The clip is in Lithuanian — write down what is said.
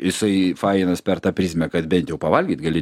jisai fainas per tą prizmę kad bent jau pavalgyt gali